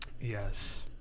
Yes